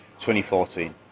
2014